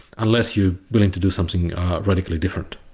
unless you're willing to do something radically different.